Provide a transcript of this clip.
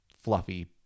fluffy